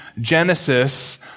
Genesis